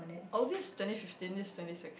oh this twenty fifteen this twenty six